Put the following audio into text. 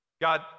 God